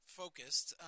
focused